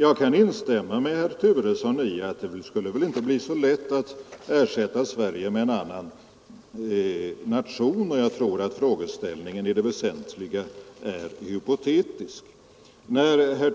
Jag kan instämma med herr Turesson i att det inte skulle bli så lätt att ersätta Sverige med en annan nation, men jag tror att frågeställningen i det väsentliga är hypotetisk. När herr